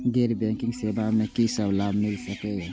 गैर बैंकिंग सेवा मैं कि सब लाभ मिल सकै ये?